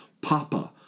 Papa